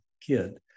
kid